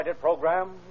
program